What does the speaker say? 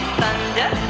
thunder